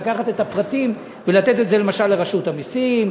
את הפרטים ולתת את זה למשל לרשות המסים,